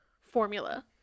formula